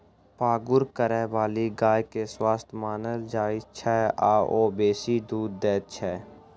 पागुर करयबाली गाय के स्वस्थ मानल जाइत छै आ ओ बेसी दूध दैत छै